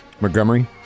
Montgomery